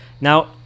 Now